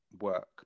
work